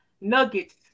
nuggets